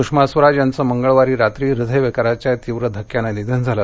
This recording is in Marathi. सूषमा स्वराज यांचं मंगळवारी रात्री हृदयविकाराच्या तीव्र धक्क्यानं निधन झालं